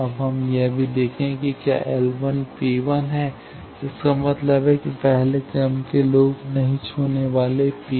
अब हम यह भी देखें कि क्या L P1 है इसका मतलब है पहला क्रम के लूप नहीं छूने वाले P1